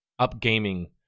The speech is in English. Upgaming